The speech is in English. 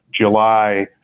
July